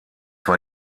war